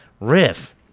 riff